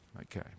Okay